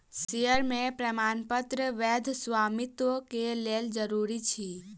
share के प्रमाणपत्र वैध स्वामित्व के लेल जरूरी अछि